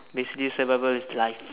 basically survival is life